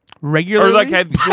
Regularly